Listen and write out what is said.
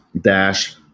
dash